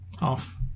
off